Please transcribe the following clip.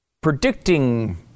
predicting